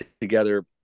together